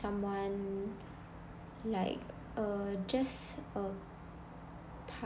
someone like uh just uh